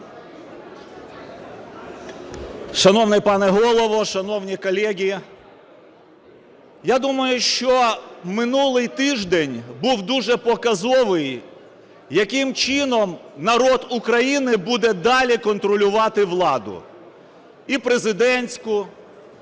Шановний пане Голово, шановні колеги! Я думаю, що минулий тиждень був дуже показовим, яким чином народ України буде далі контролювати владу – і президентську, і урядову,